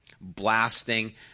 blasting